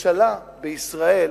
ממשלה בישראל,